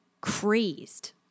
crazed